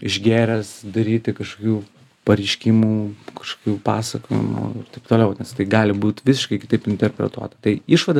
išgėręs daryti kažkokių pareiškimų kažkokių pasakojimų ir taip toliau nes tai gali būt visiškai kitaip interpretuota tai išvadas